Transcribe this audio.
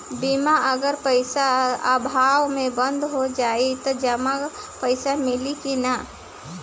बीमा अगर पइसा अभाव में बंद हो जाई त जमा पइसा मिली कि न?